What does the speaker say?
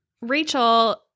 Rachel